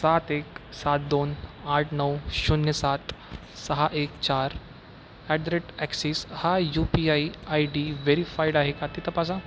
सात एक सात दोन आठ नऊ शून्य सात सहा एक चार ॲट द रेट अक्सिस हा U P I ID verified आहे का ते तपासा